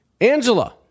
Angela